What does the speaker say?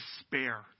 despair